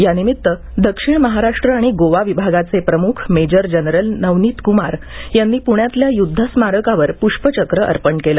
यानिमित्त दक्षिण महाराष्ट्र आणि गोवा विभागाचे प्रमुख मेजर जनरल नवनीत कुमार यांनी पुण्यातल्या युद्ध स्मारकावर पुष्पचक्र अर्पण केलं